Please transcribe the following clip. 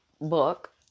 book